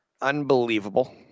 unbelievable